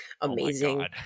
amazing